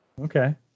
Okay